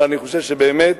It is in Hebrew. אבל אני חושב שבאמת